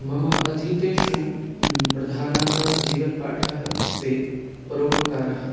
मम अधीतेषु प्रधानः जीवनपाठः अस्ति परोपकारः